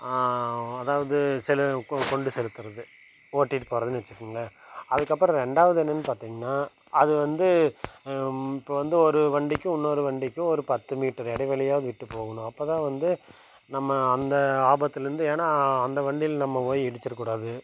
அதாவது சில கொண்டு செலுத்துறது ஓட்டிகிட்டு போகிறதுன்னு வச்சுக்கோங்களேன் அதுக்கப்புறம் ரெண்டாவது என்னென்னு பார்த்தீங்கன்னா அது வந்து இப்போது வந்து ஒரு வண்டிக்கும் இன்னொரு வண்டிக்கும் ஒரு பத்து மீட்டர் இடைவெளியாவது விட்டு போகணும் அப்போ தான் வந்து நம்ம அந்த ஆபத்துலேருந்து ஏன்னா அந்த வண்டியில் நம்ம போய் இடிச்சிடக்கூடாது